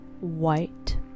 white